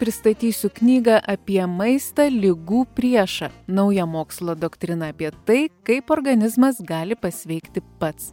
pristatysiu knygą apie maistą ligų priešą naują mokslo doktriną apie tai kaip organizmas gali pasveikti pats